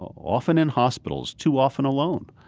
often in hospitals, too often alone.